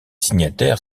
signataires